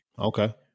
Okay